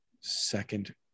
second